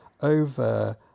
over